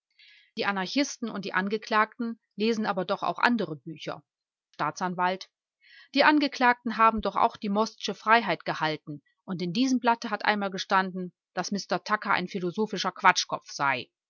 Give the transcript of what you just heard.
die anarchisten und die angeklagten lesen aber doch auch andere bücher staatsanwalt die angeklagten haben doch auch die mostsche freiheit gehalten und in diesem blatte hat einmal gestanden daß mr tucker ein philosophischer quatschkopf sei